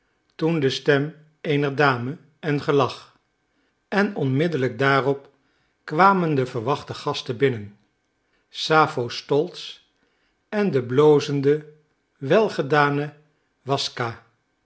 toen de stem eener dame en gelach en onmiddellijk daarop kwamen de verwachte gasten binnen sappho stolz en de blozende welgedane waszka